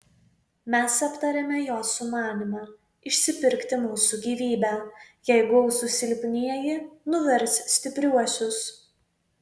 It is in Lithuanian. mes aptarėme jo sumanymą išsipirkti mūsų gyvybę jei gausūs silpnieji nuvers stipriuosius